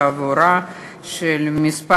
התעבורה (מס'